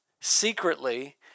secretly